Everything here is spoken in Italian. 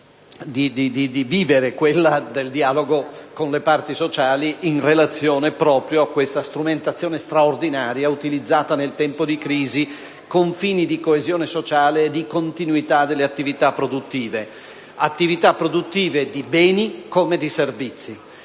di vivere: quella del dialogo con le parti sociali in relazione proprio a questa strumentazione straordinaria utilizzata nel tempo di crisi con fini di coesione sociale e di continuità delle attività produttive: attività produttive di beni come di servizi.